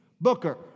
Booker